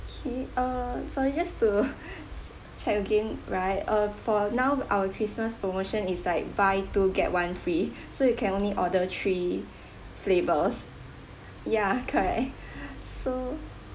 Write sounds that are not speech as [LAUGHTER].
okay uh sorry just [LAUGHS] to [BREATH] check again right uh for now our christmas promotion is like buy two get one free [BREATH] so you can only order three [BREATH] flavours yeah correct [BREATH] so